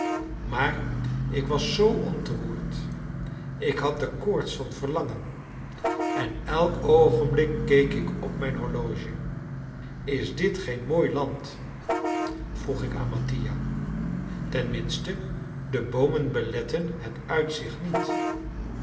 maar ik was zoo ontroerd ik had de koorts van verlangen en elk oogenblik keek ik op mijn horloge is dit geen mooi land vroeg ik aan mattia tenminste de boomen beletten het uitzicht niet